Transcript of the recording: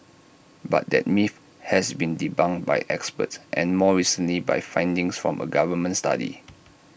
but that myth has been debunked by experts and more recently by findings from A government study